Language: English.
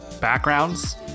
backgrounds